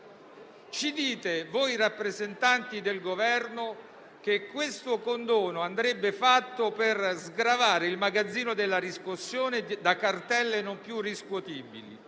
Ci dite, voi rappresentanti del Governo, che questo condono andrebbe fatto per sgravare il magazzino della riscossione da cartelle non più riscuotibili.